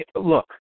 look